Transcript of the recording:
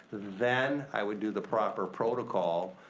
then i would do the proper protocol,